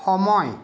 সময়